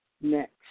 next